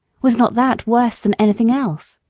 was not that worse than anything else?